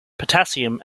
potassium